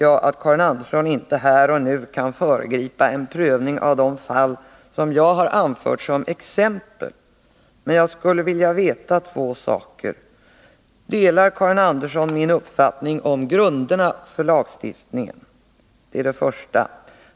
Självfallet kan Karin Andersson inte här och nu föregripa en prövning av de fall som jag anfört som exempel. Men jag skulle vilja veta ett par saker. Delar Karin Andersson min uppfattning om grunderna för lagstiftningen? Det är det första.